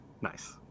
Nice